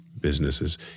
businesses